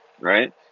Right